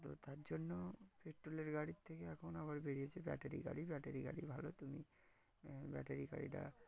তো তার জন্য পেট্রোলের গাড়ির থেকে এখন আবার বেরিয়েছে ব্যাটারি গাড়ি ব্যাটারি গাড়ি ভালো তুমি ব্যাটারি গাড়িটা